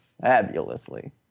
fabulously